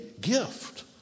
gift